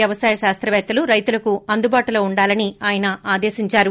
వ్యవసాయ శాస్తపేత్తలు రైతులకు అందుబాటులో ఉండాలని ఆయన ఆదేశించారు